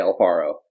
Alfaro